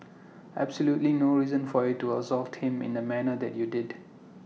absolutely no reason for you to assault him in the manner that you did